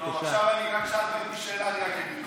עכשיו שאלתם אותי שאלה, אני אגיב.